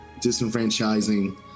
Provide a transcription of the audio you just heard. disenfranchising